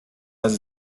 has